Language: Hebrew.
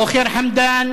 לא ח'יר חמדאן,